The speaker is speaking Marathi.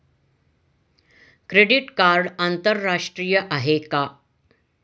क्रेडिट कार्ड आंतरराष्ट्रीय आहे का?